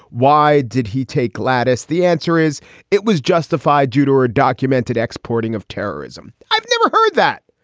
why did he take gladys? the answer is it was justified due to her ah documented exporting of terrorism. i've never heard that.